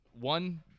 one